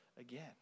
again